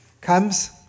comes